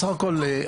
בסך הכול,